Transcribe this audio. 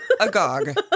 agog